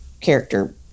character